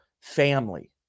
family